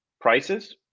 prices